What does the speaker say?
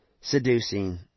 seducing